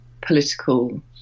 political